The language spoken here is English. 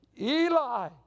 Eli